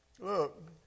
Look